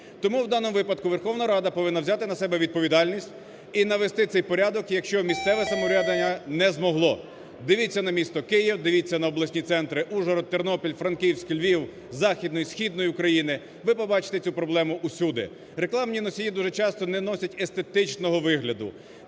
Тому в даному випадку Верховна Рада повинна взяти на себе відповідальність і навести цей порядок, якщо місцеве самоврядування не змогло. Дивіться на місто Київ, дивіться на обласні центри: Ужгород, Тернопіль, Франківськ, Львів, Західної, Східної України, – ви побачите цю проблему усюди. Рекламні носії дуже часто не носять естетичного вигляду,